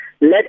Let